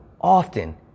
often